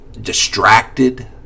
distracted